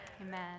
Amen